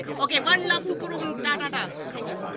yeah okay, one love, superwoman, da-da-da. thank you.